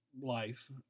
life